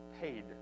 paid